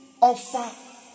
offer